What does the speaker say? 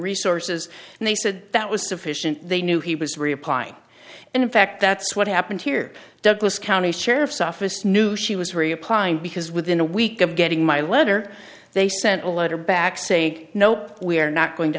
resources and they said that was sufficient they knew he was reapply and in fact that's what happened here douglas county sheriff's office knew she was reapplying because within a week of getting my letter they sent a letter back saying nope we are not going to